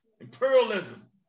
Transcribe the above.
Imperialism